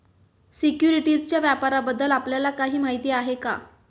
सिक्युरिटीजच्या व्यापाराबद्दल आपल्याला काही माहिती आहे का?